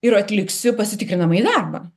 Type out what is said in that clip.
ir atliksiu pasitikrinamąjį darbą